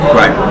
right